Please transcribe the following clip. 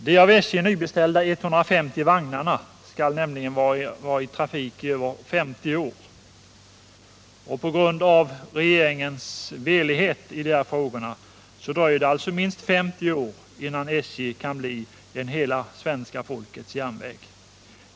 De av SJ nybeställda 150 vagnarna skall nämligen vara i trafik i över 50 år. På grund av regeringens velighet i de här frågorna dröjer det alltså minst 50 år, innan SJ kan bli hela svenska folkets järnväg.